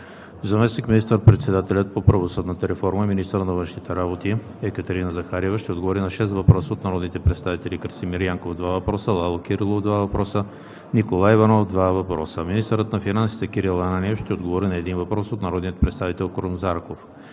Заместник министър-председателят по правосъдната реформа и министър на външните работи Екатерина Захариева ще отговори на шест въпроса от народните представители Красимир Янков – два въпроса; Лало Кирилов – два въпроса; Николай Иванов – два въпроса. 3. Министърът на финансите Кирил Ананиев ще отговори на един въпрос от народния представител Крум Зарков.